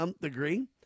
degree